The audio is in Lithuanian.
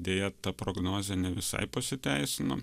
deja ta prognozė ne visai pasiteisino